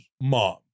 mom